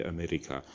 America